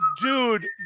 dude